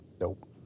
Nope